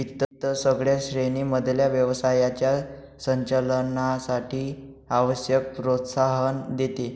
वित्त सगळ्या श्रेणी मधल्या व्यवसायाच्या संचालनासाठी आवश्यक प्रोत्साहन देते